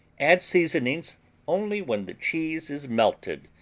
add seasonings only when the cheese is melted,